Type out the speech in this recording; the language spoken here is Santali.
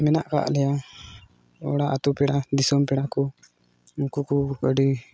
ᱢᱮᱱᱟᱜ ᱠᱟᱜ ᱞᱮᱭᱟ ᱚᱲᱟᱜ ᱟᱛᱳ ᱯᱮᱲᱟ ᱫᱤᱥᱚᱢ ᱯᱮᱲᱟ ᱠᱚ ᱩᱱᱠᱩ ᱠᱚ ᱟᱹᱰᱤ